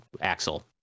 axel